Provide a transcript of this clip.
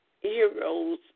heroes